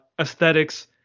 aesthetics